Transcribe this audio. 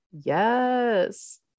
Yes